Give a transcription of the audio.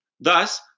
Thus